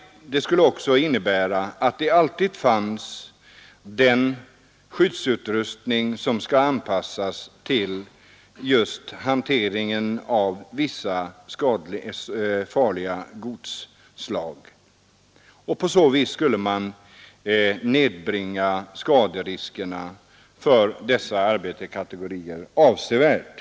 Det skulle också innebära att det alltid fanns skyddsutrustning anpassad till just hanteringen av vissa farliga godsslag. På så vis skulle man nedbringa skaderiskerna för dessa arbetarkategorier avsevärt.